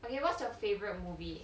okay what's your favourite movie